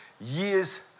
years